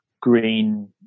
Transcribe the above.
green